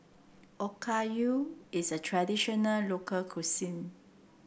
Okayu is a traditional local cuisine